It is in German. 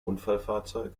unfallfahrzeug